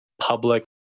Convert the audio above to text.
public